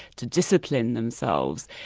to discipline themselves,